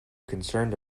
concerned